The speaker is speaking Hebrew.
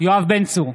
יואב בן צור,